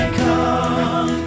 come